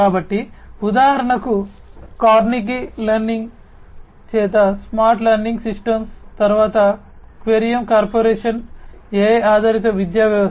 కాబట్టి ఉదాహరణకు Carnegie learning చేత స్మార్ట్ లెర్నింగ్ సిస్టమ్స్ తరువాత క్వెరియం కార్పొరేషన్ AI ఆధారిత విద్యా వ్యవస్థ